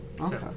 okay